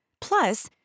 Plus